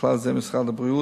ובכלל זה משרד הבריאות,